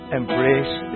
embrace